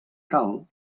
cal